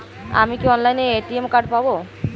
আমি কি অনলাইনে এ.টি.এম কার্ড পাব?